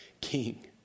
king